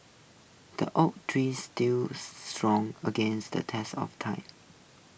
the oak tree stood strong against the test of time